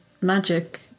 magic